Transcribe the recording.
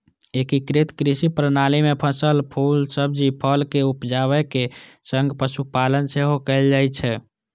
एकीकृत कृषि प्रणाली मे फसल, फूल, सब्जी, फल के उपजाबै के संग पशुपालन सेहो कैल जाइ छै